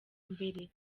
mbere